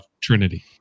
Trinity